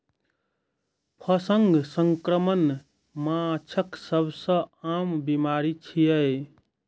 fungus संक्रमण माछक सबसं आम बीमारी छियै